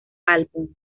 álbum